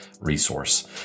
resource